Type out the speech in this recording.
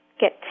get